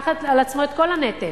את כל הנטל,